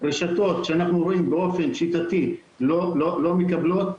רשתות שאנחנו רואים שבאופן שיטתי לא מקבלות,